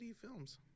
films